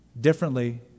differently